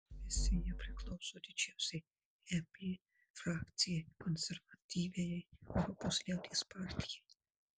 visi jie priklauso didžiausiai ep frakcijai konservatyviajai europos liaudies partijai